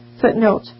Footnote